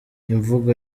imvugo